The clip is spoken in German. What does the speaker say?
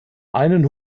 einen